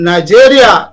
Nigeria